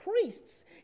priests